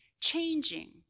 changing